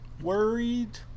worried